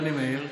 מאיר,